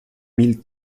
mille